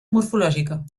morfològica